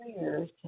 years